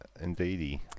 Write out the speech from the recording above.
indeedy